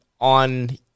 on